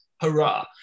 hurrah